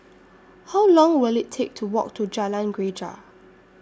How Long Will IT Take to Walk to Jalan Greja